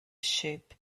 sheep